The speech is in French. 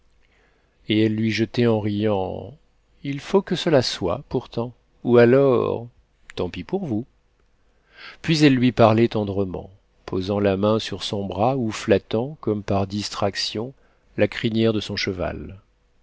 restons ici puis elle lui parlait tendrement posant la main sur son bras ou flattant comme par distraction la crinière de son cheval